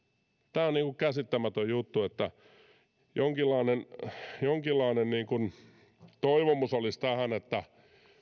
tämä on käsittämätön juttu jonkinlainen jonkinlainen toivomus olisi tähän että